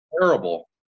terrible